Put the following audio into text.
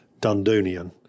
Dundonian